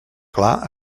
clar